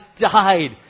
died